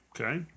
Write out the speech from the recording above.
Okay